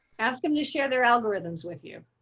ask them to share their algorithms with you.